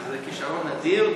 זה כישרון אדיר,